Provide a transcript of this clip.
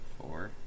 Four